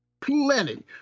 plenty